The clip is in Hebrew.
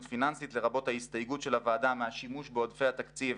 פיננסית לרבות ההסתייגות של הוועדה מהשימוש בעודפי התקציב